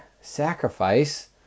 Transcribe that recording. sacrifice